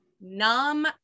numb